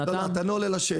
לא, אתה לא עונה על השאלה.